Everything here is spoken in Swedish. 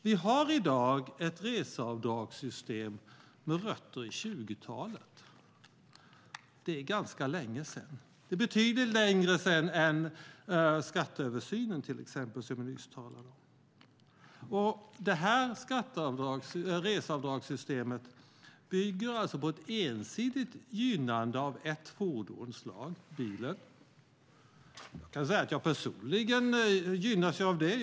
Vi har i dag ett reseavdragssystem med rötter i 20-talet. Det är ganska länge sedan. Det är betydligt längre sedan än till exempel skatteöversynen som jag nyss talade om. Det här reseavdragssystemet bygger alltså på ett ensidigt gynnande av ett fordonsslag, bilen. Jag kan säga att jag personligen gynnas av det.